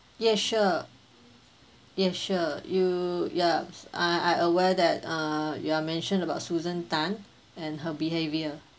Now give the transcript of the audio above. yes sure yes sure you ya I I aware that uh you are mention about susan tan and her behaviour